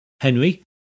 Henry